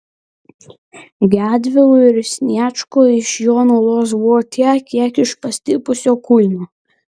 gedvilui ir sniečkui iš jo naudos buvo tiek kiek iš pastipusio kuino